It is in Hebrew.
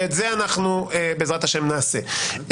ואת זה אנחנו בעזרת ה' נעשה.